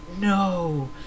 No